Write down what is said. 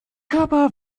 körper